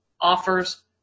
offers